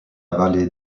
valle